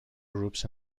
groups